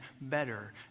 better